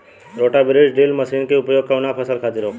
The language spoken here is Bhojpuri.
रोटा बिज ड्रिल मशीन के उपयोग कऊना फसल खातिर होखेला?